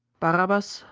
barabas,